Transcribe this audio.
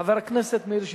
חבר הכנסת מאיר שטרית,